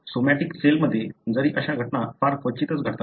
somatic सेलमध्ये जरी अशा घटना फार क्वचितच घडतात